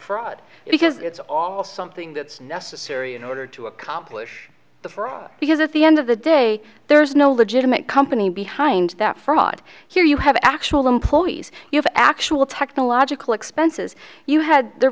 fraud because it's all something that's necessary in order to accomplish the fraud because at the end of the day there is no legitimate company behind that fraud here you have actual employees you have actual technological expenses you had there